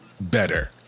better